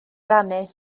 rannu